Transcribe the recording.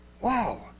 Wow